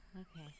Okay